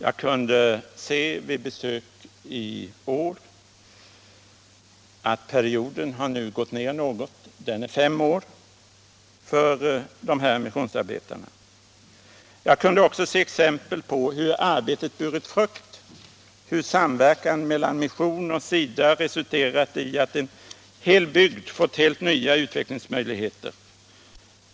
Jag kunde se vid besök i år att perioden nu gått ned något. Den är nu fem'år för de olika missionsarbetarna. Jag kunde också se exempel på hur arbetet burit frukt, hur samverkan mellan mission och SIDA resulterat i att en hel bygd fått helt nya utvecklingsmöjligheter.